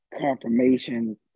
confirmation